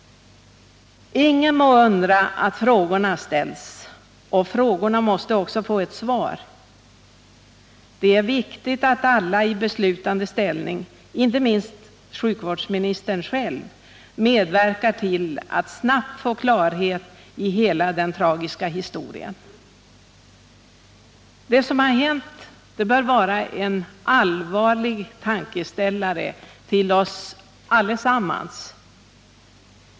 Ingen må undra över att frågorna ställs, och frågorna måste också få svar. Det är viktigt att alla i beslutande ställning, inte minst sjukvårdsministern själv, medverkar till att vi snabbt får klarhet i hela den tragiska historien. Det som har hänt bör vara en allvarlig tankeställare för oss allesammans.